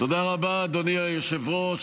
תודה רבה, אדוני היושב-ראש.